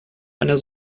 einer